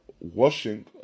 washing